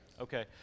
okay